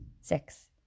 Six